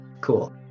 cool